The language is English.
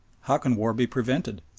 how can war be prevented?